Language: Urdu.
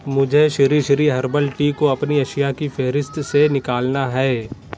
مجھے شری شری ہربل ٹی کو اپنی اشیا کی فہرست سے نکالنا ہے